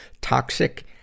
toxic